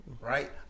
Right